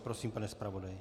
Prosím, pane zpravodaji.